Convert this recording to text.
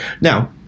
Now